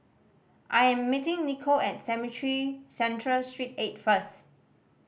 I am meeting Nico at Cemetry Central Street Eight first